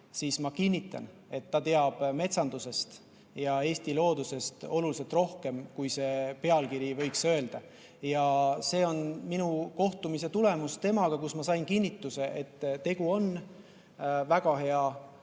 ma kinnitan, et ta teab metsandusest ja Eesti loodusest oluliselt rohkem, kui see pealkiri võis öelda. See on minu temaga kohtumise tulemus, ma sain sellest kinnitust, et tegu on väga hea